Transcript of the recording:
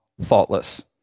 faultless